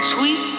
Sweet